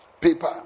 Paper